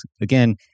again